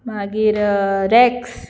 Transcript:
मागीर रेक्स